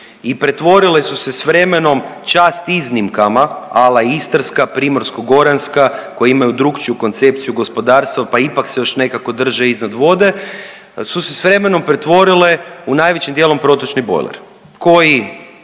i pretvorile su se s vremenom, čast iznimkama a la Istarska, Primorsko-goranska koje imaju drukčiju koncepciju gospodarstva pa ipak se još nekako drže iznad vode su se s vremenom pretvorile u najvećim dijelom protočni bojler